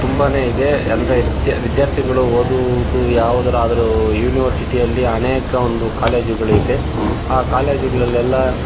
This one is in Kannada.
ತುಂಬಾ ಇದೆ ಅಂದರೆ ವಿದ್ಯಾ ವಿದ್ಯಾರ್ಥಿಗಳು ಓದುವುದು ಯಾವುದಾದರು ಯೂನಿವರ್ಸಿಟಿಯಲ್ಲಿ ಅನೇಕ ಒಂದು ಕಾಲೇಜುಗಳಿದೆ ಆ ಕಾಲೇಜುಗಳಲೆಲ್ಲ